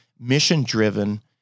mission-driven